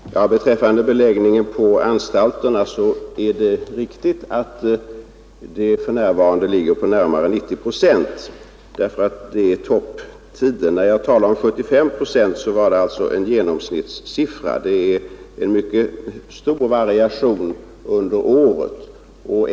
Herr talman! Vad beträffar beläggningen på anstalterna är det riktigt att den för närvarande är närmare 90 procent. Det är topptider just nu. När jag talade om 75 procent var det alltså en genomsnittssiffra. Det är en mycket stor variation under året.